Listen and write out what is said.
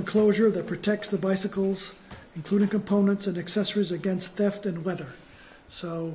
enclosure that protects the bicycles including components of the accessories against theft and whether so